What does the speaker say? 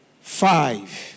Five